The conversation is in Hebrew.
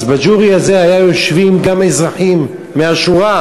אז ב-jury הזה היו יושבים גם אזרחים מהשורה,